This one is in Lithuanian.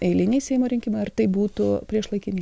eiliniai seimo rinkimai ar tai būtų priešlaikiniai